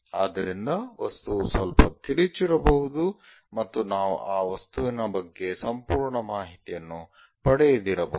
ಆದ್ದರಿಂದ ವಸ್ತುವು ಸ್ವಲ್ಪ ತಿರುಚಿರಬಹುದು ಮತ್ತು ನಾವು ಆ ವಸ್ತುವಿನ ಬಗ್ಗೆ ಸಂಪೂರ್ಣ ಮಾಹಿತಿಯನ್ನು ಪಡೆಯದಿರಬಹುದು